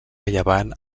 llevant